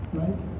right